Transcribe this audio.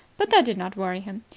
but that did not worry him.